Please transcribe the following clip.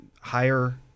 higher